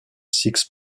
six